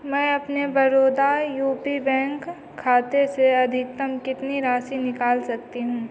मैं अपने Baroda U P bank खाते से अधिकतम कितनी राशि निकाल सकती हूँ